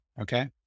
Okay